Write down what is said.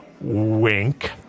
wink